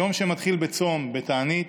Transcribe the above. יום שמתחיל בצום, בתענית,